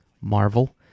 Marvel